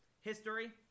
History